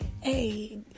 Hey